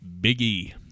Biggie